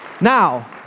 Now